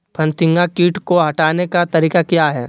फतिंगा किट को हटाने का तरीका क्या है?